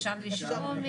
אפשר לשאול?